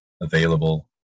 available